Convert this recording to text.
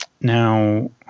now